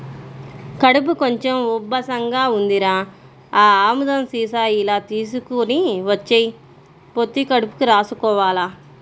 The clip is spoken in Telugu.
కడుపు కొంచెం ఉబ్బసంగా ఉందిరా, ఆ ఆముదం సీసా ఇలా తీసుకొని వచ్చెయ్, పొత్తి కడుపుకి రాసుకోవాల